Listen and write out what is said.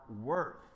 worth